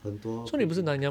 很多培群的